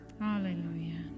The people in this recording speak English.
Hallelujah